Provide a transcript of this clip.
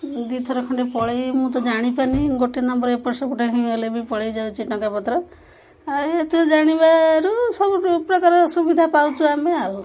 ଦୁଇ ଥର ଖଣ୍ଡେ ପଳେଇ ମୁଁ ତ ଜାଣିପାରିନି ଗୋଟେ ନମ୍ବର ଏପଟ ସେପଟ ହେଇଗଲେ ବି ପଳେଇ ଯାଉଛି ଟଙ୍କା ପତ୍ର ଆଉ ଏଥିରେ ଜାଣିବାରୁ ସବୁଠୁ ପ୍ରକାର ସୁବିଧା ପାଉଛୁ ଆମେ ଆଉ